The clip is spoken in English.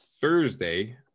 thursday